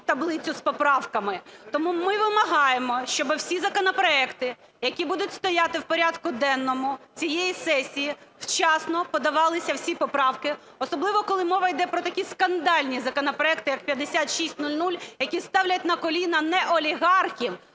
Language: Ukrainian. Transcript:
таблицю з поправками. Тому ми вимагаємо, щоб всі законопроекти, які будуть стояти в порядку денному цієї сесії, вчасно подавалися всі поправки, особливо коли мова йде про такі скандальні законопроекти як 5600, які ставлять на коліна не олігархів,